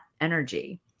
energy